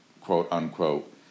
quote-unquote